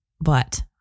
But-